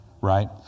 Right